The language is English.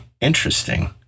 interesting